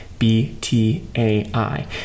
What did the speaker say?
B-T-A-I